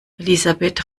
elisabeth